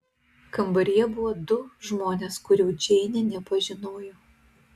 kambaryje buvo du žmonės kurių džeinė nepažinojo